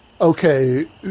Okay